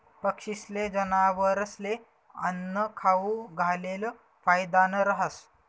पक्षीस्ले, जनावरस्ले आन्नं खाऊ घालेल फायदानं रहास